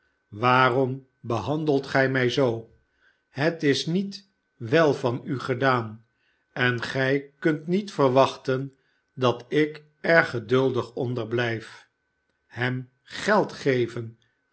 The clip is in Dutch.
waarom behandelt gij mij zoo het is niet wel van u gedaan en gij kunt niet verwachten dat ik er geduldig onder blijt hem geld geven